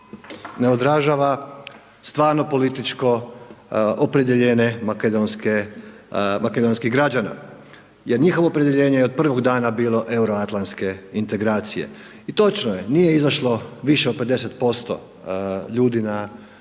ne odražava stvarno političko opredjeljenje makedonskih građana jer njihovo opredjeljenje je od prvo dana bilo euroatlantske integracije. I točno je, nije izašlo više od 50% ljudi na